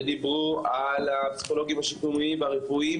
דיברו על הפסיכולוגים השיקומיים והרפואיים,